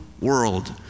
world